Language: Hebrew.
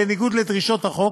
בניגוד לדרישות החוק,